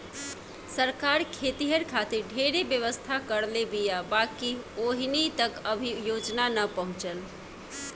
सरकार खेतिहर खातिर ढेरे व्यवस्था करले बीया बाकिर ओहनि तक अभी योजना ना पहुचल